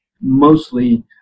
Mostly